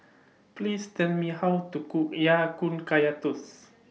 Please Tell Me How to Cook Ya Kun Kaya Toast